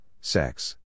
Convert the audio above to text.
sex